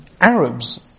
Arabs